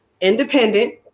Independent